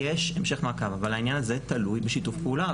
אבל העניין הזה תלוי בשיתוף פעולה.